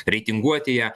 reitinguoti ją